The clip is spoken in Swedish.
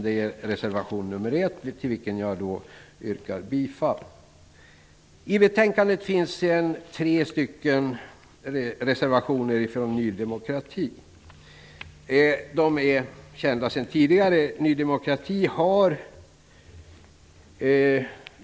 Jag yrkar bifall till vår reservation nr 1. I betänkandet finns tre reservationer från Ny demokrati. De är kända sedan tidigare.